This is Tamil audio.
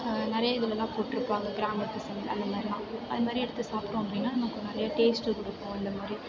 நிறையா இதிலெல்லாம் போட்டிருப்பாங்க கிராமத்து சைடு அந்த மாதிரிலாம் அந்த மாதிரி எடுத்து சாப்பிட்டோம் அப்படின்னா நமக்கு நிறையா டேஸ்ட்டு கொடுக்கும் அந்த மாதிரி